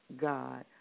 God